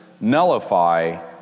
nullify